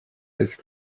ice